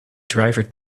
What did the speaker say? driver